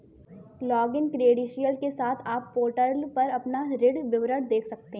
login credential के साथ, आप पोर्टल पर अपना ऋण विवरण देख सकते हैं